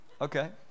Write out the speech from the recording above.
Okay